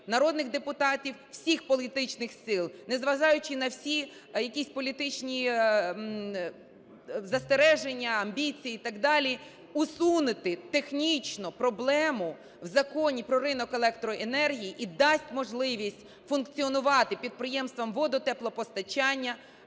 народних депутатів всіх політичних сил, незважаючи на всі якісь політичні застереження, амбіції і так далі, усунути технічну проблему в Законі "Про ринок електроенергії" і дати можливість функціонувати підприємствам водо-, теплопостачання